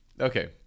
Okay